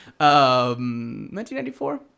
1994